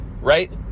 right